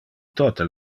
tote